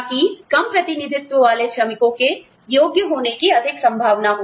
ताकि कम प्रतिनिधित्व वाले श्रमिकों के योग्य होने की अधिक संभावना हो